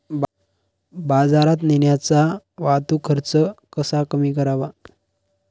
बाजारात नेण्याचा वाहतूक खर्च कसा कमी करावा?